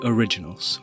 Originals